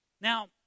Now